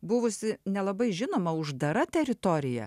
buvusi nelabai žinoma uždara teritorija